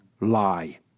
lie